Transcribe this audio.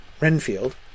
Renfield